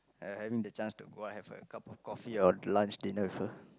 I I mean the chance to go out and have a cup of coffee or lunch dinner with her